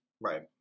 Right